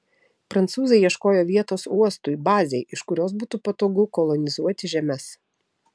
prancūzai ieškojo vietos uostui bazei iš kurios būtų patogu kolonizuoti žemes